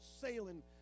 sailing